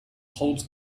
holds